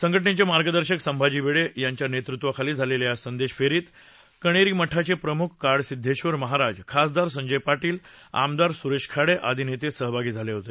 संघटनेचे मार्गदर्शक संभाजी भिडे यांच्या नेतृत्वाखाली झालेल्या या संदेश फेरीत कणेरी मठाचे प्रम्ख काडसिदधेश्वर महाराज खासदार संजय पाटील आमदार सुरेश खाडे आदी नेते सहभागी झाले होते